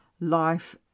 life